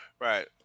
Right